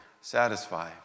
satisfy